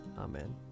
Amen